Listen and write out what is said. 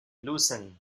lucerne